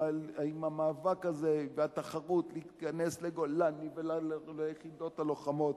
עם המאבק הזה והתחרות להיכנס לגולני וליחידות הלוחמות.